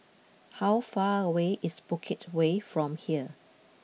How far away is Bukit Way from here